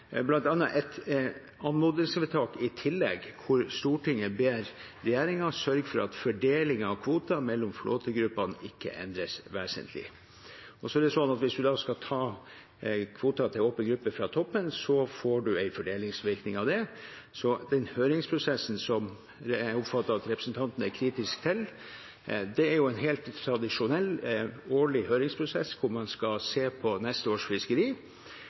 et anmodningsvedtak i tillegg, hvor «Stortinget ber regjeringen sørge for at fordelingen av kvoter mellom flåtegruppene ikke endres vesentlig». Hvis man da skal ta kvotene til åpen gruppe fra toppen, får man en fordelingsvirkning av det. Så den høringsprosessen, som jeg oppfatter at representanten er kritisk til, er en helt tradisjonell årlig høringsprosess hvor man skal se på neste års fiskeri.